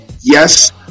Yes